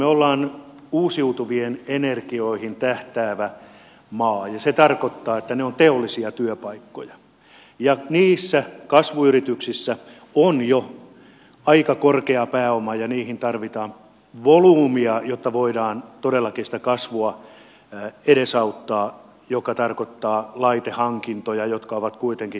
me olemme uusiutuviin energioihin tähtäävä maa ja se tarkoittaa että ne ovat teollisia työpaikkoja ja niissä kasvuyrityksissä on jo aika korkea pääoma ja niihin tarvitaan volyymia jotta voidaan todellakin sitä kasvua edesauttaa mikä tarkoittaa laitehankintoja jotka ovat kuitenkin kalliita